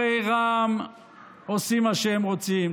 הרי רע"מ עושים מה שהם רוצים.